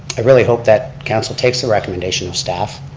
i really hope that council takes the recommendation of staff,